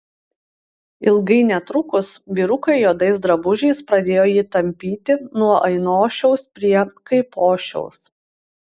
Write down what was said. ilgai netrukus vyrukai juodais drabužiais pradėjo jį tampyti nuo ainošiaus prie kaipošiaus